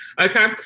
okay